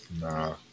nah